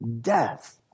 Death